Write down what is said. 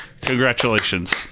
Congratulations